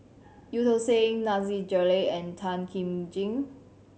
Eu Tong Sen Nasir Jalil and Tan Kim Ching